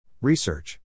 Research